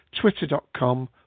twitter.com